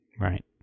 Right